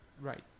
Right